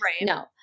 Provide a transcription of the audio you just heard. No